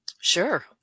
Sure